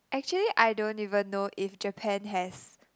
actually I don't even know if Japan has